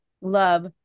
love